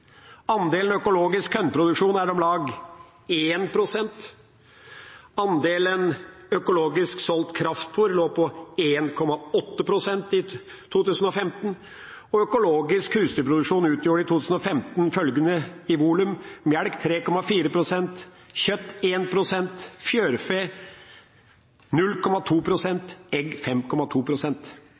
Andelen økologisk kornproduksjon er om lag 1 pst. Andelen økologisk solgt kraftfôr lå på 1,8 pst. i 2015, og økologisk husdyrproduksjon utgjorde i 2015 følgende i volum: melk 3,4 pst., kjøtt 1 pst., fjørfe 0,2 pst., egg